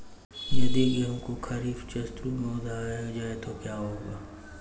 यदि गेहूँ को खरीफ ऋतु में उगाया जाए तो क्या होगा?